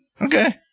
Okay